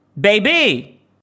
baby